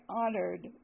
honored